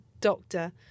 doctor